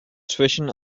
zwischen